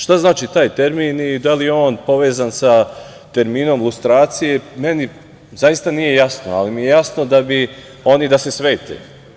Šta znači taj termin i da li je on povezan sa terminom lustracije meni zaista nije jasno, ali mi je jasno da bi oni da se svete.